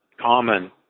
common